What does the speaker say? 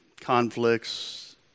conflicts